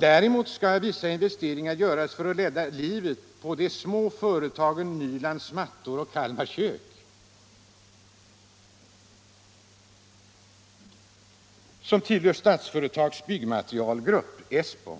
Däremot skall vissa investeringar göras för att rädda livet på de små företagen Nyland Mattor och Kalmar Kök, som tillhör Statsföretags byggmaterialgrupp ESSBO